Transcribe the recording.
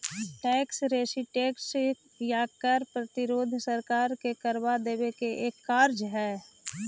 tax resistance या कर प्रतिरोध सरकार के करवा देवे के एक कार्य हई